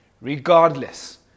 Regardless